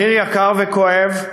מחיר יקר וכואב,